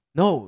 no